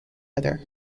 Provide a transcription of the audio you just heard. other